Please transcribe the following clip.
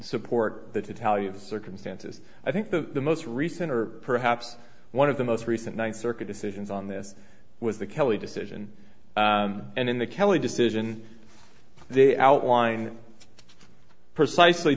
support that to tell you the circumstances i think the most recent or perhaps one of the most recent one circuit decisions on this was the kelly decision and in the kelly decision they outlined precisely